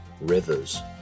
Rivers